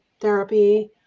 therapy